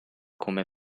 come